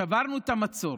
שברנו את המצור,